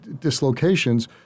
dislocations